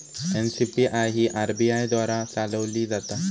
NCPI ही RBI द्वारा चालवली जाता